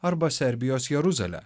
arba serbijos jeruzalę